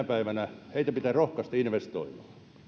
päivänä nuoria viljelijöitä pitää rohkaista investoimaan